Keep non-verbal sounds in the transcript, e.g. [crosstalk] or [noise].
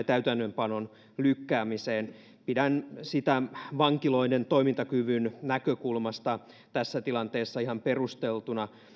[unintelligible] täytäntöönpanon lykkäämiseen pidän sitä vankiloiden toimintakyvyn näkökulmasta tässä tilanteessa ihan perusteltuna